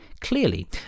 Clearly